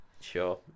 Sure